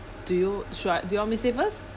do you should I do you want me say first